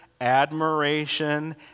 admiration